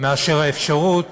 מאשר האפשרות